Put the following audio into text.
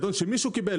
שמישהו קיבל,